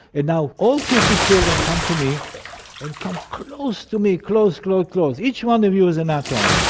and now all fifty children come to me and come close to me, close, close, close, each one of you is an atom.